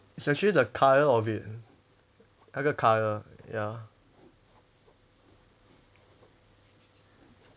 it's actually the colour of it 那个 colour ya